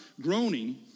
groaning